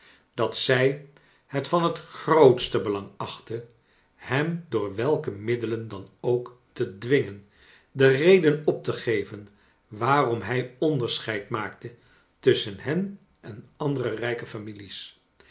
dat zij het van het grootste belang achtte hem door welke middelen dan ook te dwingen de reden op te geven waarom hij onderscheid rnaakte tusschen hen en andere rrjke families